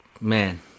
Man